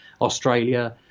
Australia